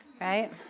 right